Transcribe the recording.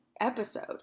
episode